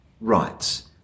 rights